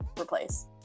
replace